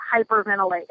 hyperventilating